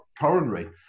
coronary